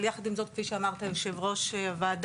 אבל יחד עם זאת כפי שאמר יושב ראש הוועדה,